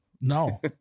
No